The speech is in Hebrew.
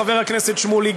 חבר הכנסת שמולי,